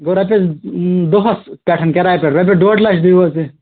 گوٚو رۄپیَس دۄہَس پٮ۪ٹھ کِرایہِ پٮ۪ٹھ رۄپیَس ڈۅڈ لَچھ دِیِو حظ تُہۍ